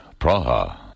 Praha